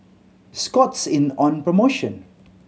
Scott's in on promotion